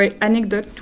anecdote